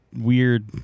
weird